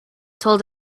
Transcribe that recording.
told